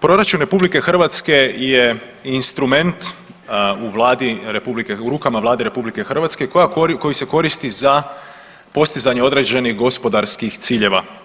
proračun RH je instrument u Vladi RH, u rukama Vlade RH koji se koristi za postizanje određenih gospodarskih ciljeva.